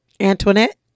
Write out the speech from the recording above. Antoinette